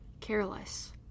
careless